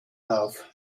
auf